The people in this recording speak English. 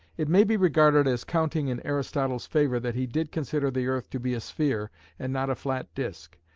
it may be regarded as counting in aristotle's favour that he did consider the earth to be a sphere and not a flat disc,